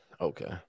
Okay